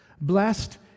Blessed